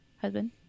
husband